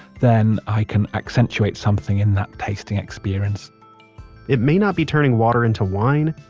then i can accentuate something in that tasting experience it may not be turning water into wine,